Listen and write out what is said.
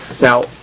Now